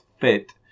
fit